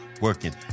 working